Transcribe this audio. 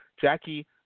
Jackie